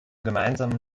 gemeinsamen